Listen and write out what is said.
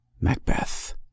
Macbeth